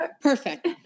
perfect